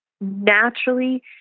naturally